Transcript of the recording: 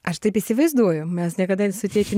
aš taip įsivaizduoju mes niekada su tėčiu